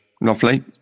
Lovely